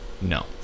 no